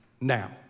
now